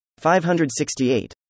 568